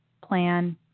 plan